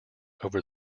over